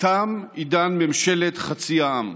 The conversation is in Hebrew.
תם עידן ממשלת חצי העם.